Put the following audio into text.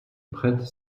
prête